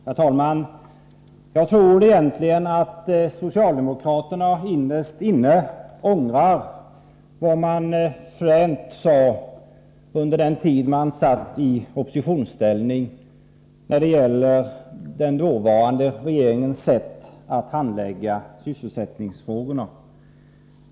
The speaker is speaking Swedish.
Herr talman! Jag tror egentligen att socialdemokraterna innerst inne ångrar sina fräna uttalanden om den dåvarande regeringens sätt att handlägga sysselsättningsfrågorna, dvs. under den tid socialdemokraterna satt i oppositionsställning.